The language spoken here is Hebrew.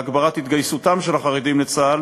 הגברת התגייסותם של החרדים לצה"ל,